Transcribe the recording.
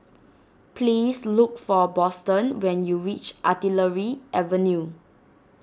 please look for Boston when you reach Artillery Avenue